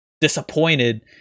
disappointed